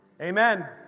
Amen